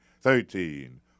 Thirteen